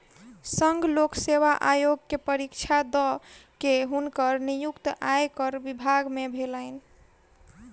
संघ लोक सेवा आयोग के परीक्षा दअ के हुनकर नियुक्ति आयकर विभाग में भेलैन